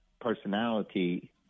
personality